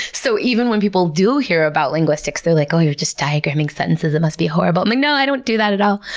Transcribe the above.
so even when people do hear about linguistics, they're like, oh, you're just diagramming sentences. that must be horrible. i'm like, no, i don't do that at all.